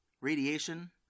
Radiation